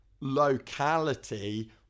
locality